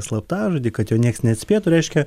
slaptažodį kad jo niekas neatspėtų reiškia